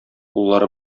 уллары